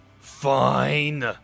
Fine